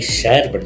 share